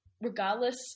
regardless